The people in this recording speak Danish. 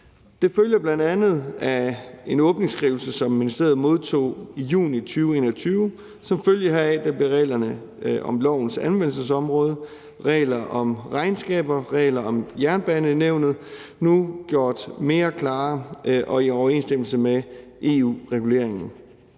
Det følger bl.a. af en åbningsskrivelse, som ministeriet modtog i juni 2021. Som følge heraf blev reglerne om lovens anvendelsesområde, regler om regnskaber, regler om Jernbanenævnet gjort mere klare og er nu bragt i overensstemmelse med EU-reguleringen.